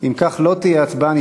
אם כך, לא תהיה הצבעה.